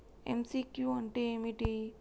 MCQ అంటే ఏమిటి?